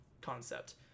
concept